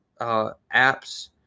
apps